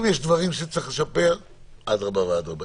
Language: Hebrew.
אם יש דברים שצריך לשפר, אדרבה ואדרבה.